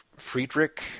Friedrich